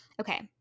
Okay